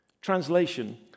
translation